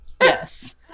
Yes